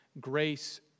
grace